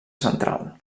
central